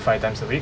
five times a week